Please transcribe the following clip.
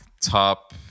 top